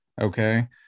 Okay